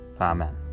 Amen